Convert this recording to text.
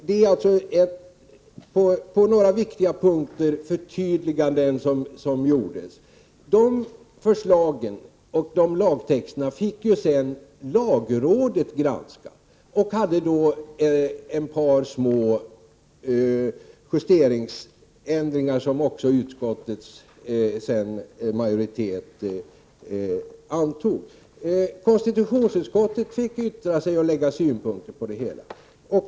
Det var alltså förtydliganden på några viktiga punkter som gjordes. De förslagen och de lagtexterna fick ju lagrådet sedan granska, och lagrådet gjorde då ett par små justeringsändringar, som också utskottets majoritet sedan accepterade. Konstitutionsutskottet fick yttra sig och anlägga synpunkter på det hela.